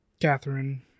Catherine